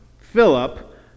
philip